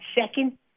second